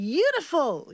Beautiful